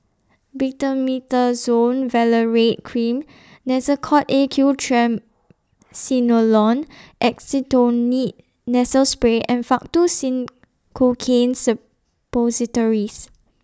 Betamethasone Valerate Cream Nasacort A Q Triamcinolone Acetonide Nasal Spray and Faktu Cinchocaine Suppositories